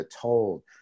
told